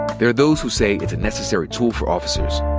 there are those who say it's a necessary tool for officers.